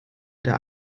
der